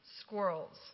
squirrels